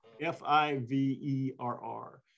F-I-V-E-R-R